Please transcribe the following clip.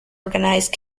organized